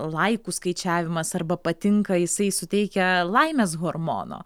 laikų skaičiavimas arba patinka jisai suteikia laimės hormono